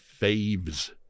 faves